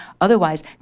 Otherwise